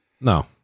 No